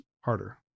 harder